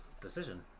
decision